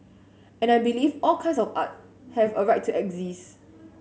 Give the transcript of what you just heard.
and I believe all kinds of art have a right to exist